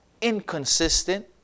inconsistent